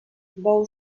bou